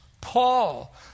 Paul